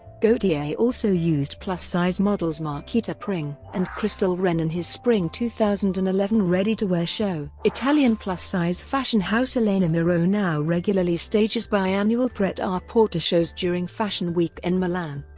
gaultier also used plus-size models marquita pring and crystal renn in his spring two thousand and eleven ready to wear show. italian plus-size fashion house elena miro now regularly stages biannual pret-a-porter shows during fashion week in and milan.